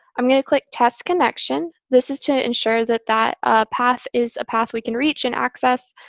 i'm going to click test connection. this is to ensure that that path is a path we can reach and access.